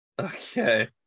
Okay